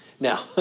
Now